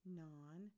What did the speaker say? non